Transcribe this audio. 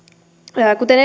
kuten